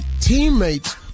teammates